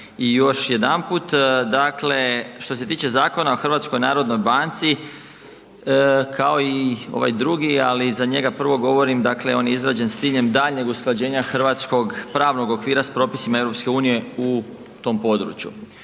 i još jedanput dakle što se tiče Zakona o HNB-u kao i ovaj drugi, ali za njega prvo govorim, dakle on je izrađen s ciljem daljnjeg usklađenja hrvatskog pravog okvira s propisima EU u tom području.